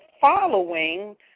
following